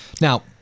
Now